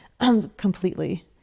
completely